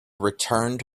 returned